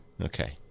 Okay